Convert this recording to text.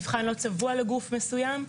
המבחן לא צבוע לגוף מסוים.